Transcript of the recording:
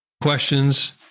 questions